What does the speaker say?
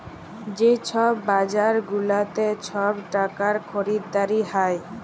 যে ছব বাজার গুলাতে ছব টাকার খরিদারি হ্যয়